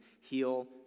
heal